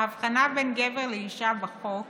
ההבחנה בין גבר לאישה בחוק